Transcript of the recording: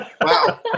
Wow